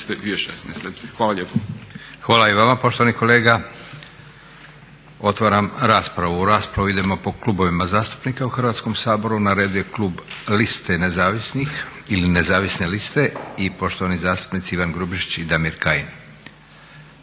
Hvala i vama poštovani kolega. Otvaram raspravu. U raspravu idemo po klubovima zastupnika u Hrvatskom saboru. Na redu je klub liste nezavisnih ili Nezavisne liste i poštovani zastupnici Ivan Grubišić i Damir Kajin.